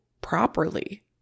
properly